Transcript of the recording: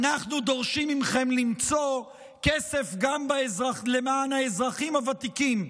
אנחנו דורשים מכם למצוא כסף גם למען האזרחים הוותיקים,